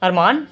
ارمان